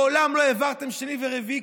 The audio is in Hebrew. מעולם לא העברתם בשני ורביעי,